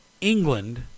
england